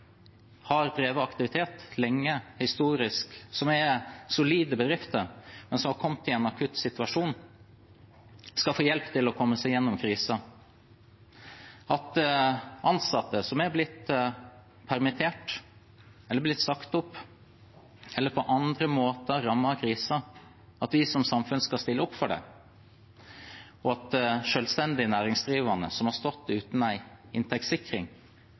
har drevet aktivitet lenge, historisk, som er solide bedrifter, men som har kommet i en akutt situasjon, skal få hjelp til å komme seg gjennom krisen, at vi som samfunn skal stille opp for ansatte som er blitt permittert, oppsagt eller på andre måter rammet av krisen, og for selvstendig næringsdrivende som har stått uten inntektssikring.